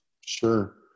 Sure